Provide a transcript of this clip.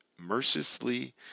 mercilessly